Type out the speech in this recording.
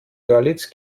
görlitz